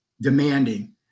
demanding